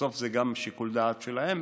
בסוף זה גם שיקול דעת שלהם